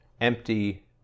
empty